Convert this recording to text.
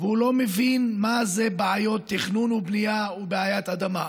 הוא לא מבין מה זה בעיות תכנון ובנייה ובעיית אדמה.